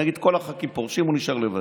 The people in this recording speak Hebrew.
נגיד שכל הח"כים פורשים והוא נשאר לבד.